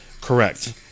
Correct